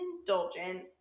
Indulgent